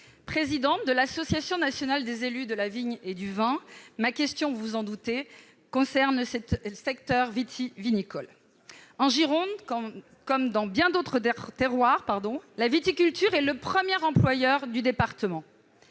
présidente de l'Association nationale des élus de la vigne et du vin, ma question, vous vous en doutez, concerne le secteur vitivinicole. En Gironde, comme dans bien d'autres terroirs, la viticulture est le premier employeur du département.